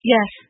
Yes